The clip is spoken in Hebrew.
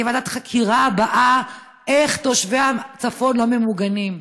ועדת החקירה הבאה תהיה: איך תושבי הצפון לא ממוגנים.